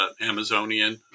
Amazonian